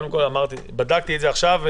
בדקתי את זה עכשיו,